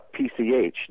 PCH